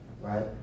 right